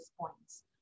points